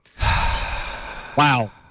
wow